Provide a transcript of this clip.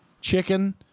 chicken